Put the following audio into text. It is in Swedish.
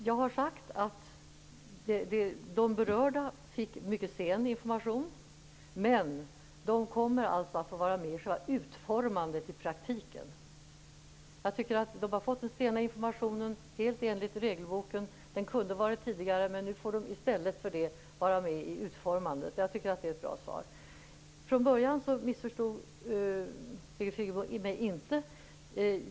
Jag har sagt att de berörda fick mycket sen information, men att de kommer att få vara med i själva det praktiska utformandet. De har fått den sena informationen, helt enkelt regelboken. Den kunde ha varit tidigare, men nu får de i stället vara med i utformandet. Jag tycker att det är ett bra svar. Birgit Friggebo missförstod mig inte från början.